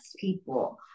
people